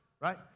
right